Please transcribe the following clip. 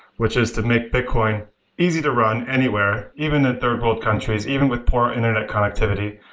which is to make bitcoin easy to run anyway, even in third-world countries, even with poor internet connectivity,